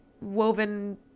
woven